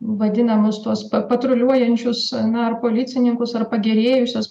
vadinamus tuos pa patruliuojančius na ar policininkus ar pagerėjusios